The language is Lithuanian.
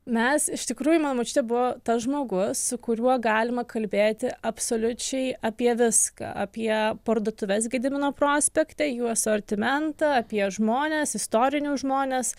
mes iš tikrųjų man močiutė buvo tas žmogus su kuriuo galima kalbėti absoliučiai apie viską apie parduotuves gedimino prospekte jų asortimentą apie žmones istorinius žmones